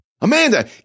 Amanda